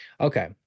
Okay